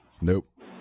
Nope